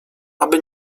aby